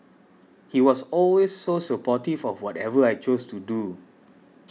he was always so supportive of whatever I chose to do